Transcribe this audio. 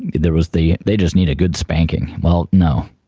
there was the they just need a good spanking. well no,